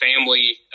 family